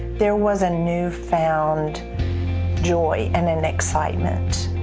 there was a newfound joy and and excitement,